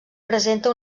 presenta